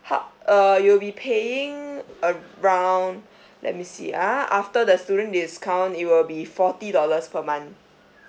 hub~ err you will be paying around let me see ah after the student discount it will be forty dollars per month